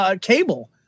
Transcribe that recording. Cable